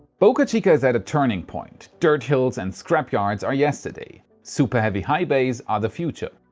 boca chica is at a turning point. dirt hills and scrap yards are yesterday. super heavy high bays are the future.